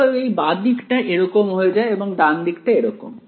অতএব এই বাঁ দিকটা এরকম হয়ে যায় এবং ডান দিকটা এরকম